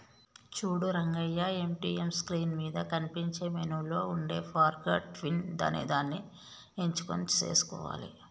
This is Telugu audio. చూడు రంగయ్య ఏటీఎం స్క్రీన్ మీద కనిపించే మెనూలో ఉండే ఫర్గాట్ పిన్ అనేదాన్ని ఎంచుకొని సేసుకోవాలి